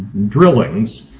drillings